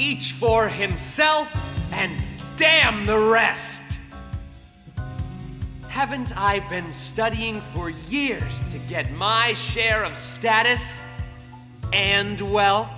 each for himself and damn the rest haven't i been studying for years to get my share of status and well